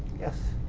yes.